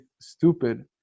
stupid